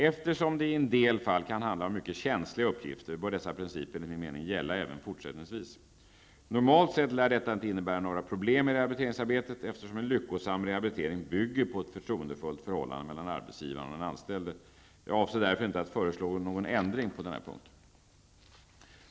Eftersom det i en del fall kan handla om mycket känsliga uppgifter, bör dessa principer enligt min mening gälla även fortsättningsvis. Normalt sett lär detta inte innebära några problem i rehabiliteringsarbetet, eftersom en lyckosam rehabilitering bygger på ett förtroendefullt förhållande mellan arbetsgivaren och den anställde. Jag avser därför inte att föreslå någon ändring på den här punkten.